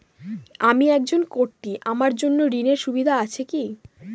আমি একজন কট্টি আমার জন্য ঋণের সুবিধা আছে কি?